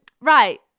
right